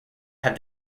have